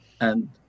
and-